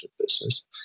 business